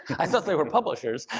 i thought they were publishers.